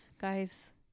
Guys